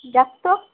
দেখ তো